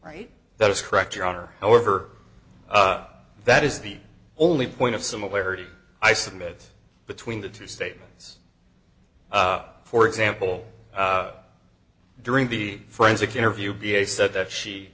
right that is correct your honor however that is the only point of similarity i submit between the two statements for example during the forensic interview v a said that she